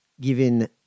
given